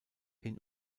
hin